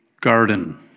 garden